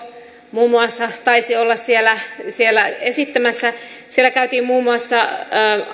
muun muassa taisi olla siellä siellä esittämässä siellä käytiin muun muassa